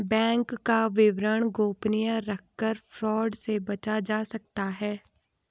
bank का विवरण गोपनीय रखकर फ्रॉड से बचा जा सकता है